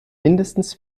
mindestens